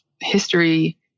history